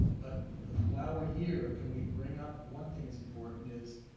but while we're here, can we bring up one thing that's important is,